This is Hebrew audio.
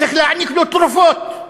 צריך להעניק לו תרופות,